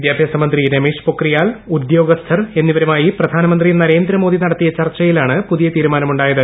വിദ്യാഭ്യാസ മന്ത്രി രമേശ് പൊക്രിയാൽ ഉദ്യോഗസ്ഥർ എന്നിവരുമായി പ്രധാനമന്ത്രി നരേന്ദ്രമോദി നടത്തിയ ചർച്ചയിലാണ് പുതിയ തീരുമാനം ഉണ്ടായത്